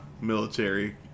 military